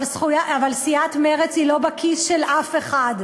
אבל סיעת מרצ היא לא בכיס של אף אחד,